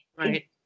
Right